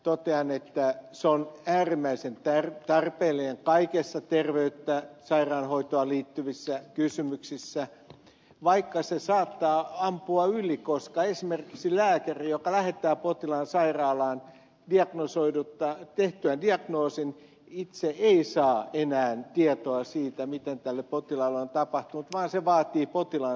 totean että se on äärimmäisen tarpeellinen kaikessa terveyteen sairaanhoitoon liittyvissä kysymyksissä vaikka se saattaa ampua yli koska esimerkiksi lääkäri joka lähettää potilaan sairaalaan tehtyään diagnoosin itse ei saa enää tietoa siitä mitä tälle potilaalle on tapahtunut vaan se vaatii potilaan suostumuksen